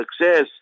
success